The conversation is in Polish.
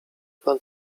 pan